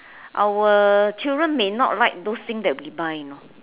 our children may not like those things that we buy know